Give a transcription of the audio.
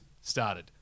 started